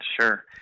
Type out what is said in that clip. Sure